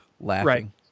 laughing